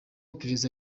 iperereza